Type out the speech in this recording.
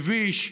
מביש,